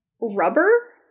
rubber